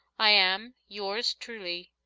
i am, yours truly,